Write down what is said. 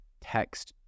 text